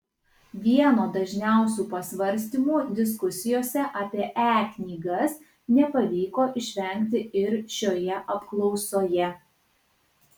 vieno dažniausių pasvarstymų diskusijose apie e knygas nepavyko išvengti ir šioje apklausoje